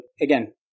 again